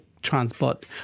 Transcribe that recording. transport